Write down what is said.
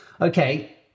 Okay